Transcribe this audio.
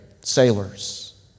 sailors